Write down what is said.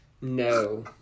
No